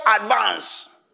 advance